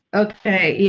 okay,